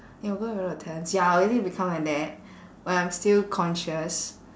the girl with all the talents ya I'll really become like that when I'm still conscious